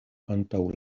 antaŭ